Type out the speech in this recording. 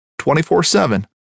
24-7